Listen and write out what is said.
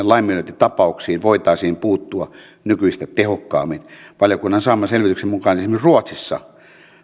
laiminlyöntitapauksiin voitaisiin puuttua nykyistä tehokkaammin valiokunnan saaman selvityksen mukaan esimerkiksi ruotsissa